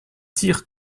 tirs